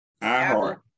iHeart